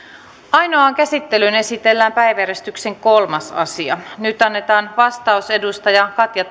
ainoaan käsittelyyn esitellään päiväjärjestyksen kolmas asia nyt annetaan vastaus edustaja katja